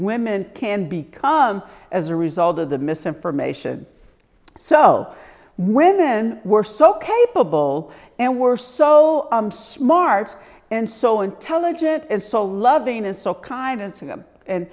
women can become as a result of the misinformation so women were so capable and were so smart and so intelligent and so loving and so kind and see them and